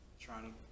trying